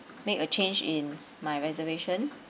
make a change in my reservation